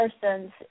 persons